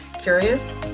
Curious